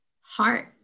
heart